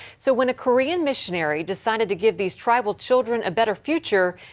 so when a korean missionary decided to give these tribal children a better future,